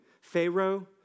Pharaoh